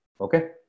Okay